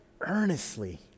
earnestly